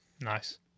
Nice